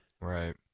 right